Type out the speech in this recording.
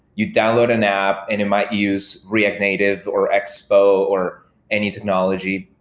you download an app and it might use react native or expo or any technology.